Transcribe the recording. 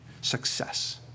success